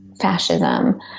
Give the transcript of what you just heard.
fascism